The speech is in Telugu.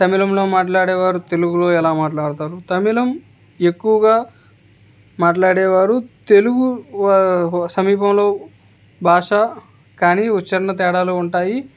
తమిళంలో మాట్లాడేవారు తెలుగులో ఎలా మాట్లాడతారు తమిళం ఎక్కువగా మాట్లాడేవారు తెలుగు సమీపంలో భాషా కానీ ఉచ్చారణ తేడాలు ఉంటాయి